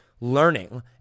learning